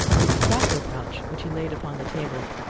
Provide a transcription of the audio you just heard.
his tobacco pouch, which he laid upon the table,